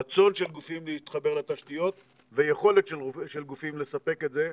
רצון של גופים להתחבר לתשתיות ויכולת של גופים לספק את זה.